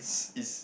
is